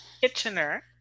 Kitchener